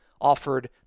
offered